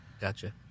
Gotcha